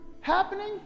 happening